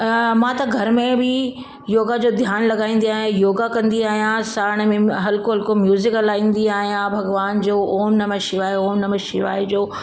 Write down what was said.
मां त घर में बि योगा जो ध्यानु लॻाईंदी आहियां योगा कंदी आहियां साण में हलको हलको म्यूज़िक हलाईंदी आहियां भॻवान जो ओम नमो शिवाय ओम नमो शिवाय जो